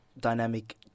dynamic